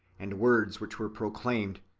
and words which were proclaimed,